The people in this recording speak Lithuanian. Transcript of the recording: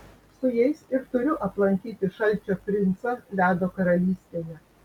su jais ir turiu aplankyti šalčio princą ledo karalystėje